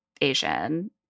Asian